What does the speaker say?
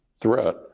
threat